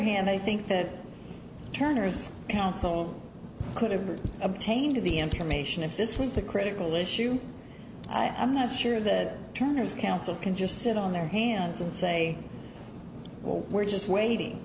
hand i think that turner is counsel could have obtained the information if this was the critical issue i'm not sure the turners council can just sit on their hands and say well we're just waiting